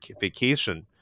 vacation